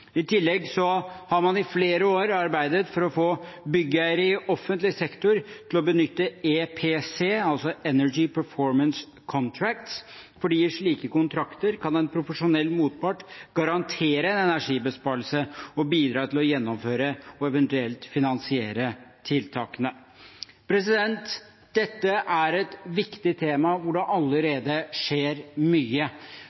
I tillegg har man i flere år arbeidet for å få byggherrer i offentlig sektor til å benytte EPC, altså Energy Performance Contracts, fordi i slike kontrakter kan en profesjonell motpart garantere energibesparelse og bidra til å gjennomføre og eventuelt finansiere tiltakene. Dette er et viktig tema hvor det